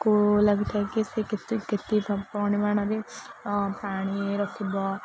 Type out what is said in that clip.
କୁ ଲାଗିଥାଏ ସେ କେତେ ପରିମାଣରେ ପାଣି ରଖିବ